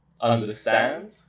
understand